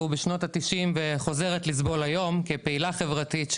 בשנות ה-90' וחוזרת לסבול היום כפעילה חברתית,